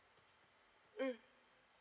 mm